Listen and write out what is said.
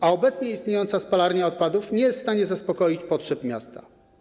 A obecnie istniejąca spalarnia odpadów nie jest w stanie zaspokoić potrzeb miasta.